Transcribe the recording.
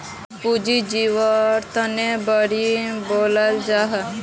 पूँजी जुत्वार तने बोंडोक बेचाल जाहा